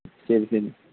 சரி சரி